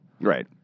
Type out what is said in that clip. right